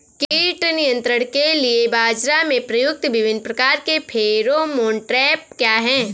कीट नियंत्रण के लिए बाजरा में प्रयुक्त विभिन्न प्रकार के फेरोमोन ट्रैप क्या है?